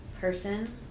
person